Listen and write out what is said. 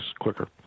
quicker